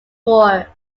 tour